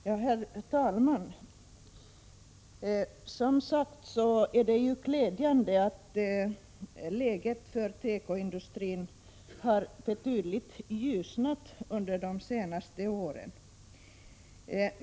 Herr talman! Det är glädjande att läget för tekoindustrin har ljusnat betydligt under de senaste åren.